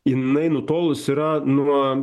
jinai nutolus yra nuo